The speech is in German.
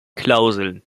klauseln